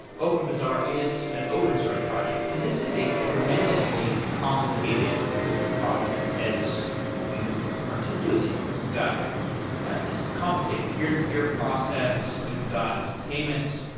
openbazaar is an open source project. and this is a tremendously complicated project as you've articulated. you've got this complicated peer-to-peer process, you've got payments,